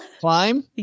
Climb